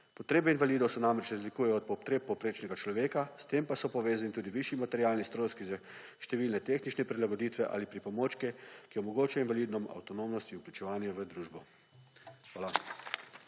Potrebe invalidov se namreč razlikujejo od povprečnega človeka, s tem pa so povezani tudi višji materialni stroški, številne tehnične prilagoditve ali pripomočki, ki omogočajo invalidom avtonomnost in vključevanje v družbo. Hvala.